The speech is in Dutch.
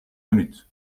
minuut